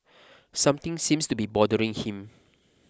something seems to be bothering him